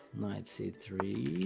knight c three